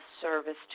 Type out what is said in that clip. service